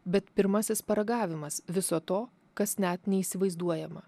bet pirmasis paragavimas viso to kas net neįsivaizduojama